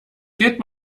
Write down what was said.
gilt